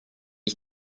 ich